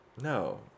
No